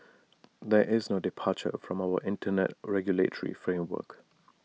there is no departure from our Internet regulatory framework